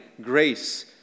grace